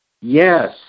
Yes